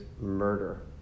murder